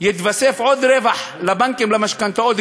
יתווסף עוד רווח לבנקים למשכנתאות,